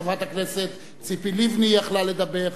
חברת הכנסת ציפי לבני יכלה לדבר,